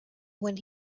when